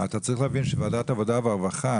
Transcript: אתה צריך להבין שוועדת העבודה והרווחה